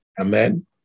Amen